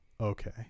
okay